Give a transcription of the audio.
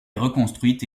reconstruite